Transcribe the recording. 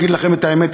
אגיד לכם את האמת,